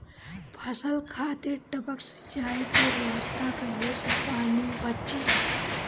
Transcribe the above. फसल खातिर टपक सिंचाई के व्यवस्था कइले से पानी बंची